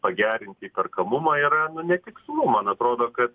pagerinti įperkamumą yra nu netikslu man atrodo kad